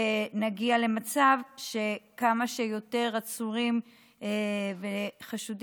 ונגיע למצב שכמה שיותר עצורים וחשודים